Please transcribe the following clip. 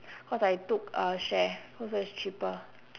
cause I took uh share so it's cheaper